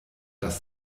dass